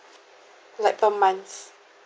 like per months